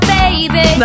baby